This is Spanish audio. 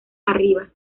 arriba